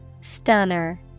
Stunner